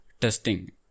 testing